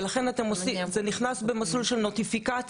ולכן אתם עושים, זה נכנס במסלול של נוטיפיקציה,